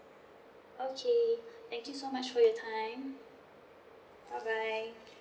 okay thank you so much for your time bye bye